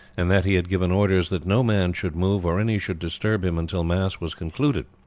and that he had given orders that no man should move or any should disturb him until mass was concluded.